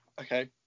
Okay